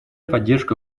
поддержка